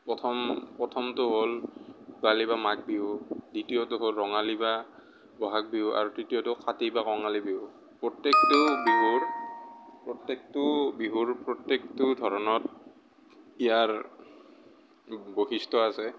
প্ৰথম প্ৰথমটো হ'ল ভোগালী বা মাঘ বিহু দ্বিতীয়টো হ'ল ৰঙালী বা বহাগ বিহু আৰু তৃতীয়টো কাতি বা কঙালী বিহু প্ৰত্যেকটো বিহুৰ প্ৰত্যেকটো বিহুৰ প্ৰত্যেকটো ধৰণত ইয়াৰ বৈশিষ্ট্য় আছে